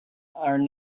are